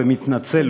ומתנצל,